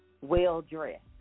well-dressed